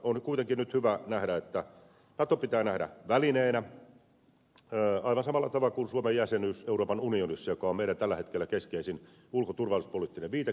on kuitenkin nyt hyvä nähdä että nato pitää nähdä välineenä aivan samalla tavalla kuin suomen jäsenyys euroopan unionissa joka on meille tällä hetkellä keskeisin ulko ja turvallisuuspoliittinen viitekehys